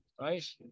right